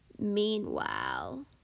Meanwhile